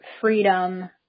freedom